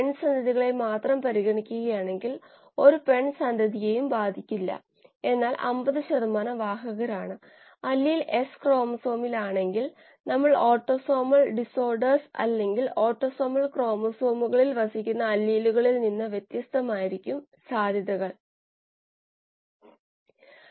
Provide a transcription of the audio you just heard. ഉചിതമായ യൂണിറ്റുകൾ ലഭിക്കുന്നതിന് നമ്മൾ അതിനെ കോശ സാന്ദ്രത കൊണ്ട് ഗുണിക്കണം തുടർന്ന് നമുക്ക് ആവശ്യമുള്ള യൂണിറ്റുകളിൽ ലഭിക്കുന്നതിന് ബയോ റിയാക്ടർ വ്യാപ്തം കൊണ്ട് ഗുണിക്കുക